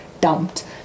dumped